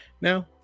now